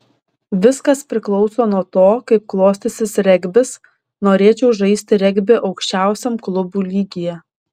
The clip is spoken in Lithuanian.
viskas priklauso nuo to kaip klostysis regbis norėčiau žaisti regbį aukščiausiam klubų lygyje